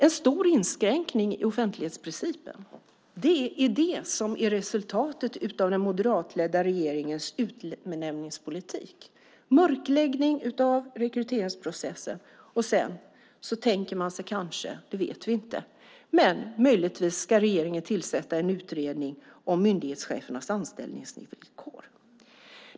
En stor inskränkning i offentlighetsprincipen är resultatet av den moderatledda regeringens utnämningspolitik - en mörkläggning av rekryteringsprocessen. Sedan tänker man sig kanske - det vet vi inte, men möjligtvis är det så - från regeringens sida att tillsätta en utredning om myndighetschefernas anställningsvillkor.